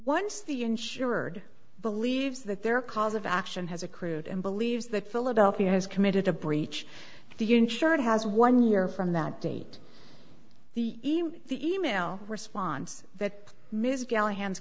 once the insured believes that their cause of action has accrued and believes that philadelphia has committed a breach the insured has one year from that date the e mail the e mail response that ms gail hands